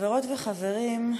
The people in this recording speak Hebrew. חברות וחברים,